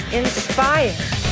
inspired